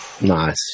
Nice